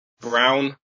Brown